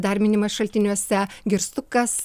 dar minimas šaltiniuose girstukas